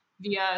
via